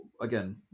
again